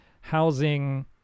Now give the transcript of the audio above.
housing